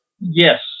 Yes